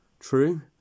True